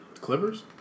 Clippers